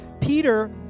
peter